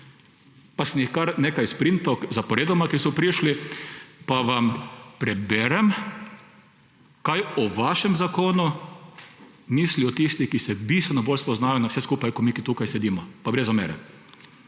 Pa sem jih kar nekaj sprintal zaporedoma, ki so prišli, pa vam preberem, kaj o vašem zakonu mislijo tisti, ki se bistveno bolj spoznajo na vse skupaj kot mi, ki tukaj sedimo; pa brez zamere.